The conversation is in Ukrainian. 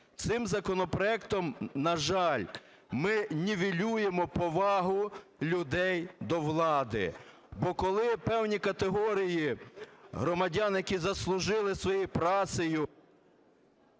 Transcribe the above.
Цим законопроектом, на жаль, ми нівелюємо повагу людей до влади. Бо коли певні категорії громадян, які заслужили своєю працею...